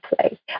play